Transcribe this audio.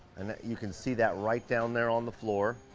and that you can see that right down there on the floor.